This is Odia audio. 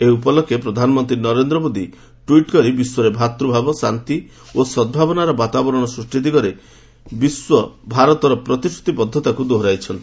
ଏହି ଉପଲକ୍ଷେ ପ୍ରଧାନମନ୍ତ୍ରୀ ନରେନ୍ଦ୍ର ମୋଦି ଟ୍ୱିଟ୍ କରି ବିଶ୍ୱରେ ଭ୍ରାତୃଭାବ ଶାନ୍ତି ଓ ସଦ୍ଭାବନାର ବାତାବରଣ ସୃଷ୍ଟି ଦିଗରେ ବିଶ୍ୱଭାରତର ପ୍ରତିଶ୍ରତିବଦ୍ଧତାକୁ ଦୋହରାଇଛନ୍ତି